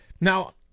Now